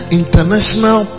international